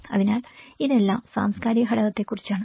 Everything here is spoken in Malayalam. അതിനാൽ ഇതെല്ലാം സാംസ്കാരിക ഘടകത്തെക്കുറിച്ചാണ്